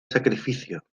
sacrificio